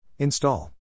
Install